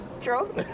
true